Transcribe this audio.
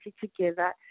together